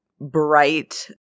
bright